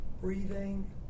Breathing